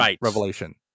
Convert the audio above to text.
Revelation